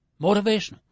motivational